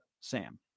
Sam